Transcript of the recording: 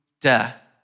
death